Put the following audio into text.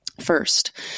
first